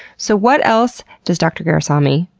so what else does dr. gurusamy,